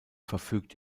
verfügt